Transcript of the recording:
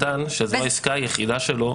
עסק קטן שזו העסקה היחידה שלו,